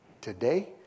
Today